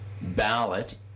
ballot